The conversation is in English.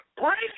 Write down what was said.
break